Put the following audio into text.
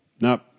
No